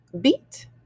beat